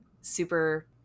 super